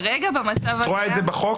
את רואה את זה בחוק?